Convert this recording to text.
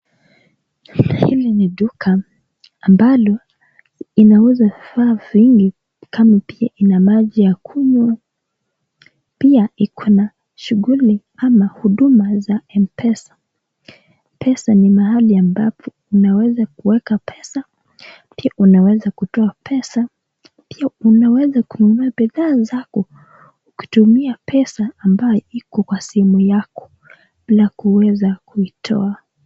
Hili ni duka ambalo inauza vifaa vingi kama pia ina maji ya kunywa, pia iko na shughuli ama huduma za Mpesa. Mpesa ni mahali ambapo unaweza kuweka pesa, pia unaweza kutoa pesa, pia unaweza kununua bidhaa zako ukitumia pesa ambayo iko kwa simu yako na kuweza kuitoa.